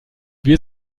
wir